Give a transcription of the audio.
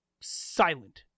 silent